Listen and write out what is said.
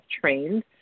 trained